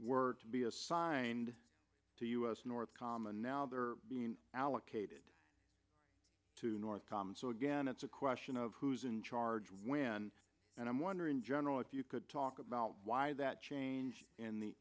were to be assigned to u s north com and now they're being allocated to north com so again it's a question of who's in charge when and i wonder in general if you could talk about why that change in the